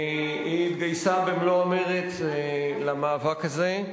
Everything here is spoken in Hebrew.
היא התגייסה במלוא המרץ למאבק הזה.